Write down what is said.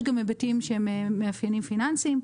יש גם היבטים שהם מאפיינים פיננסיים,